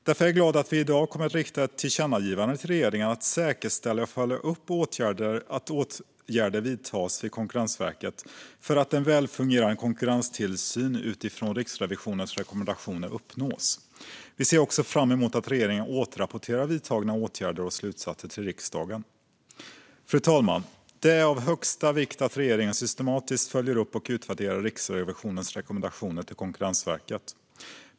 Därför är jag glad att vi i dag kommer att rikta ett tillkännagivande till regeringen att säkerställa och följa upp att åtgärder vidtas vid Konkurrensverket för att en väl fungerande konkurrenstillsyn utifrån Riksrevisionens rekommendationer uppnås. Vi ser också fram mot att regeringen återrapporterar vidtagna åtgärder och slutsatser till riksdagen. Fru talman! Det är av största vikt att regeringen systematiskt följer upp och utvärderar Riksrevisionens rekommendationer till Konkurrensverket.